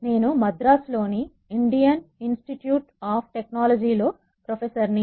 నేను మద్రాసు లోని Indian Institute of Technology లో ప్రొఫెసర్ ని